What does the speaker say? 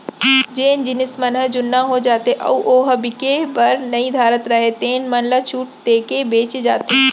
जेन जिनस मन ह जुन्ना हो जाथे अउ ओ ह बिके बर नइ धरत राहय तेन मन ल छूट देके बेचे जाथे